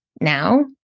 Now